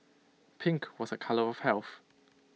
pink was A colour of health